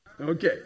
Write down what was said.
Okay